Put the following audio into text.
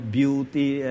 beauty